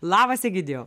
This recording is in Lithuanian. labas egidijau